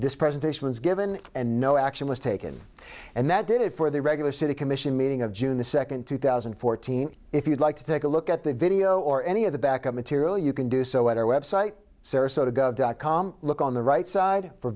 this presentation was given and no action was taken and that did it for the regular city commission meeting of june the second two thousand and fourteen if you'd like to take a look at the video or any of the backup material you can do so at our website sarasota gov dot com look on the right side for